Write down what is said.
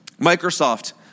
Microsoft